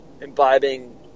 imbibing